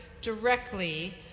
directly